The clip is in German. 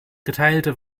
geteilte